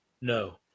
No